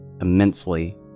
immensely